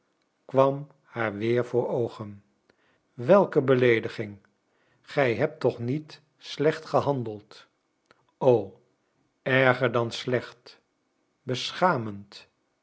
kwam haar weer voor oogen welke beleediging gij hebt toch niet slecht gehandeld o erger dan slecht beschamend